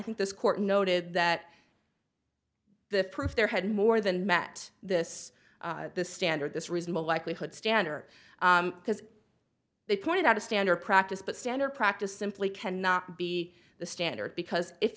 think this court noted that the proof there had more than met this the standard this reasonable likelihood standard because they pointed out a standard practice but standard practice simply cannot be the standard because if